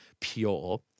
pure